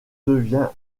devient